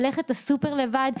ללכת לסופר לבד,